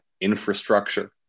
infrastructure